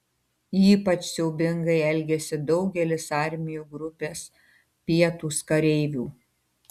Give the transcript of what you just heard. ypač siaubingai elgėsi daugelis armijų grupės pietūs kareivių